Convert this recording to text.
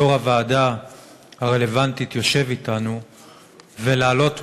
יושב-ראש הוועדה הרלוונטית יושב אתנו כדי להעלות מחדש,